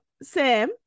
Sam